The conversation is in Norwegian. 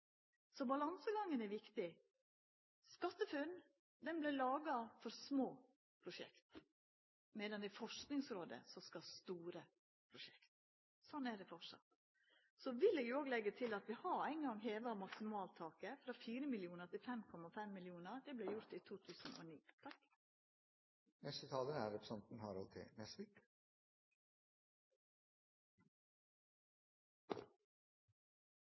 Så balansegangen er viktig. SkatteFUNN vart laga for små prosjekt, medan det er Forskingsrådet som skal ha store prosjekt. Sånn er det framleis. Så vil eg òg leggja til at vi har ein gong heva maksimaltaket, frå 4 mill. kr til 5,5 mill. kr. Det vart gjort i 2009.